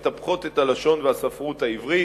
שמטפחות את הלשון והספרות העברית,